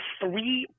three